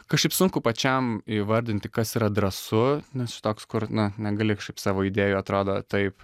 kažkaip sunku pačiam įvardinti kas yra drąsu nes čia toks kur na negali kažkaip savo idėjų atrodo taip